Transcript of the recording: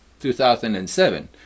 2007